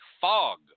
fog